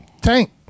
Tank